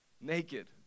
naked